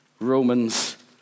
Romans